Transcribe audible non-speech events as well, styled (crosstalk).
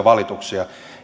(unintelligible) valituksia